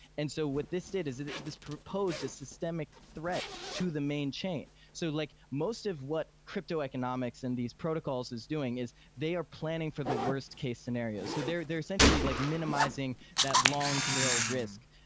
and so what this did is this proposed a systemic threat to the main chain. so like most of what crypto economics in these protocols is doing is they are planning for the worst-case scenario. so they're they're essentially like minimizing that long to risk.